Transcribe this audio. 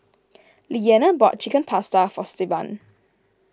Leanna bought Chicken Pasta for Stevan